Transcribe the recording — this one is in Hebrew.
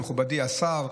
סגן השר.